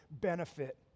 benefit